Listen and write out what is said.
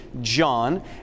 John